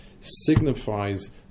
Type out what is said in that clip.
signifies